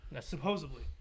Supposedly